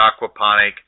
aquaponic